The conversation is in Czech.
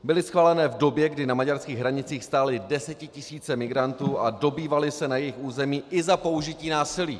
Byly schváleny v době, kdy na maďarských hranicích stály desetitisíce migrantů a dobývaly se na jejich území i za použití násilí.